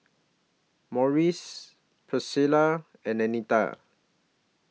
Morris Pricilla and Anita